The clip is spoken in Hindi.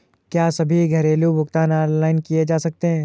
क्या सभी घरेलू भुगतान ऑनलाइन किए जा सकते हैं?